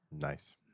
Nice